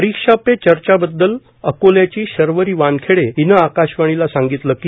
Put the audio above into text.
परीक्षा पे चर्चाबद्दल अकोल्याची शर्वरी वानखेडे हिनं आकाशवाणीला सांगितलं की